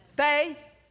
Faith